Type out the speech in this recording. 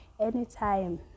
anytime